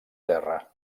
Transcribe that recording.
terra